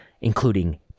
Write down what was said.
including